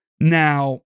Now